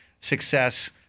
success